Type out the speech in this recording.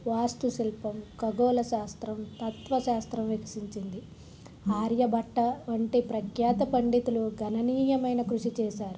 వాస్తు శిల్పం ఖగోళ శాస్త్రం తత్వ శాస్త్రం వికసించింది ఆర్యబట్ట వంటి ప్రఖ్యాత పండితులు గణనీయమైన కృషి చేశారు